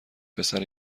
پسر